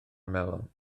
melon